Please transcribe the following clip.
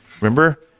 Remember